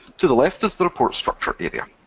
to the left is the report structure area.